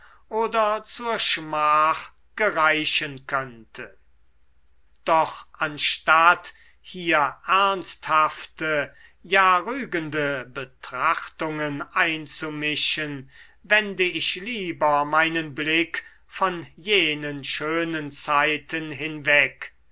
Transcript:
oder zur schmach gereichen könne doch anstatt hier ernsthafte ja rügende betrachtungen einzumischen wende ich lieber meinen blick von jenen schönen zeiten hinweg